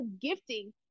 gifting